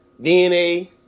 DNA